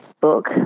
book